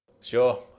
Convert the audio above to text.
Sure